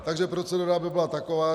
Takže procedura by byla taková.